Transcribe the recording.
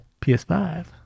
PS5